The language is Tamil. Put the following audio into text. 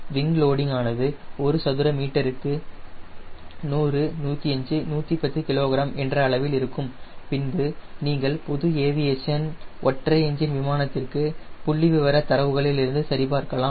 விங் லோடிங் ஆனது ஒரு சதுர மீட்டருக்கு 100 105 110 kg என்ற அளவில் இருக்கும் பின்பு நீங்கள் பொது ஏவியேஷன் ஒற்றை என்ஜின் விமானத்திற்கு புள்ளிவிவர தரவுகளிலிருந்து சரி பார்க்கலாம்